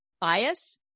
bias